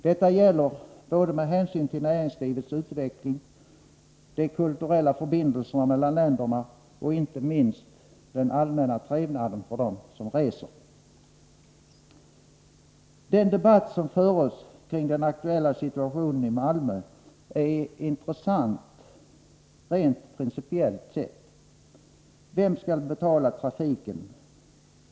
Detta gäller både med hänsyn till näringslivets utveckling, de kulturella förbindelserna mellan länderna och inte minst den allmänna trevnaden för dem som reser. Den debatt som nu förs kring den aktuella situationen i Malmö är intressant rent principiellt sett. Vem skall betala trafiken?